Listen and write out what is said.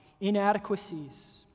inadequacies